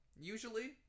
usually